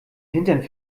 hintern